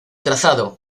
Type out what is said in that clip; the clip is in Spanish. trazado